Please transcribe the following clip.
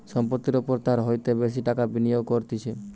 সম্পত্তির ওপর তার হইতে বেশি টাকা বিনিয়োগ করতিছে